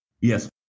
Yes